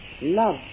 love